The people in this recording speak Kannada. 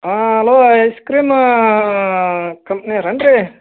ಹಾಂ ಅಲೋ ಐಸ್ ಕ್ರೀಮ್ ಕಂಪ್ನಿ ಅವ್ರೇನು ರೀ